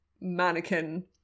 mannequin